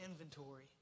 inventory